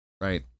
right